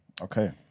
Okay